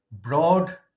broad